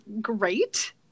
great